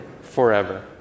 forever